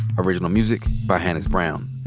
original music by hannis brown.